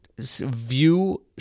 view